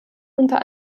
unter